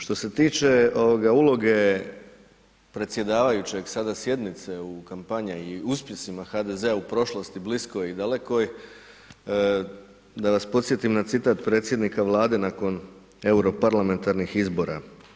Što se tiče uloge predsjedavajućeg, sada sjednice u kampanji i uspjesima HDZ-a u prošlosti bliskoj i dalekoj, da vas podsjetim na citat predsjednika Vlade nakon europarlamentarnih izbora.